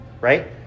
right